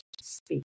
Speak